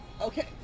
Okay